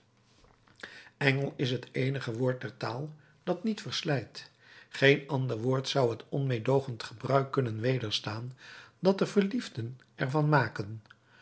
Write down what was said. is het eenige woord der taal dat niet verslijt geen ander woord zou het onmeedoogend gebruik kunnen wederstaan dat de verliefden er van maken